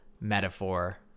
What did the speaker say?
metaphor